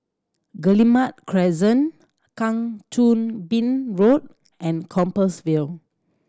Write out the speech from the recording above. Guillemard Crescent Kang Choo Bin Road and Compassvale